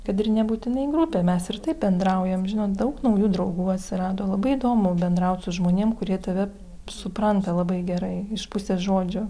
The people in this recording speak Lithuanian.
kad ir nebūtinai grupė mes ir taip bendraujam žinot daug naujų draugų atsirado labai įdomu bendraut su žmonėms kurie tave supranta labai gerai iš pusės žodžio